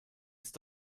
ist